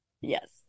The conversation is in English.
Yes